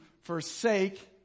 forsake